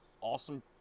Awesome